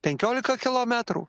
penkiolika kilometrų